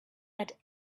but